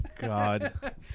God